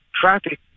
traffic